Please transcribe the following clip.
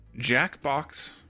Jackbox